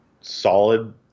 solid